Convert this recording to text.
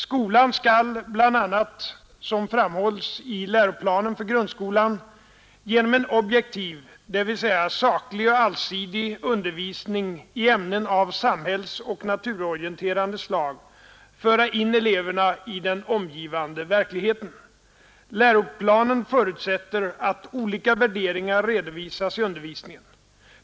Skolan skall bl.a. — som framhålls i läroplanen för grundskolan — genom en objektiv, dvs. saklig och allsidig, undervisning i ämnen av samhällsoch naturorienterande slag föra in eleverna i den omgivande verkligheten. Läroplanen förutsätter att olika värderingar redovisas i undervisningen.